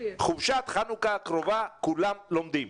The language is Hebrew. שבחופשת חנוכה הקרובה כולם לומדים.